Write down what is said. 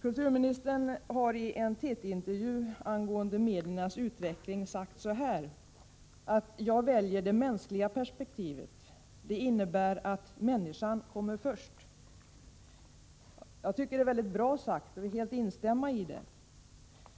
Kulturministern har i en TT-intervju angående mediernas utveckling sagt: Jag väljer det mänskliga perspektivet. Det innebär att människan kommer först. Jag tycker det är mycket bra sagt och vill helt instämma i det uttalandet.